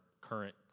current